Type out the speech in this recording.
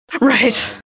Right